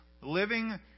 living